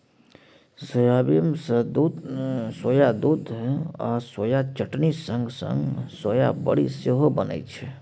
soybean सँ soya दुध आ सोया चटनी संग संग सोया बरी सेहो बनै छै